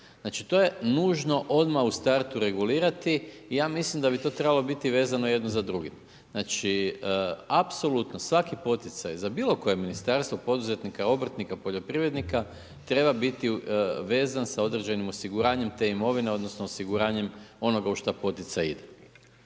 Znači to je nužno odmah u startu regulirati i ja mislim da bi to trebalo biti vezano jedno za drugim. Znači apsolutno svaki poticaj za bilo koje ministarstvo poduzetnika, obrtnika, poljoprivrednika treba biti vezan sa određenim osiguranjem te imovine odnosno osiguranjem onoga u šta poticaj ide.